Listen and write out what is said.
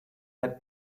had